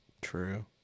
True